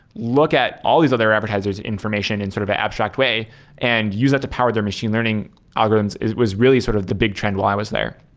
look at all these other advertisers' information in sort of an abstract way and use that to power their machine learning algorithms was really sort of the big trend while i was there.